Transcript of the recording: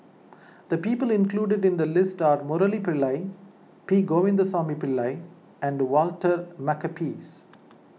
the people included in the list are Murali Pillai P Govindasamy Pillai and Walter Makepeace